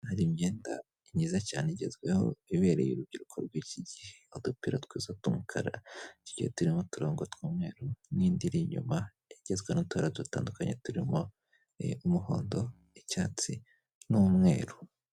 Hari imyenda myiza cyane igezweho ibereye urubyiruko rw'iki gihe. Udupira twiza tw'umukara tugiye turimo uturango tw'umweru n'indi iri inyuma igizwe n'utubara dutandukanye turimo umuhondo, icyatsi n'umweru.